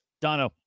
Dono